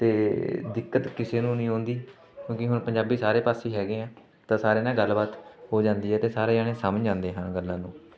ਅਤੇ ਦਿੱਕਤ ਕਿਸੇ ਨੂੰ ਨਹੀਂ ਆਉਂਦੀ ਕਿਉਂਕਿ ਹੁਣ ਪੰਜਾਬੀ ਸਾਰੇ ਪਾਸੇ ਹੈਗੇ ਆ ਤਾਂ ਸਾਰਿਆਂ ਨਾਲ ਗੱਲਬਾਤ ਹੋ ਜਾਂਦੀ ਹੈ ਅਤੇ ਸਾਰੇ ਜਾਣੇ ਸਮਝ ਜਾਂਦੇ ਹਨ ਗੱਲਾਂ ਨੂੰ